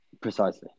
Precisely